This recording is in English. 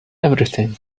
everything